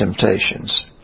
temptations